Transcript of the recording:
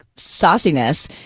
sauciness